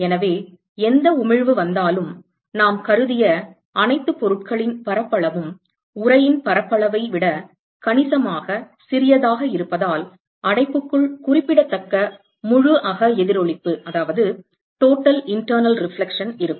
எனவே எந்த உமிழ்வு வந்தாலும் நாம் கருதிய அனைத்து பொருட்களின் பரப்பளவும் உறையின் பரப்பளவை விட கணிசமாக சிறியதாக இருப்பதால் அடைப்புக்குள் குறிப்பிடத்தக்க முழு அக எதிரொளிப்பு இருக்கும்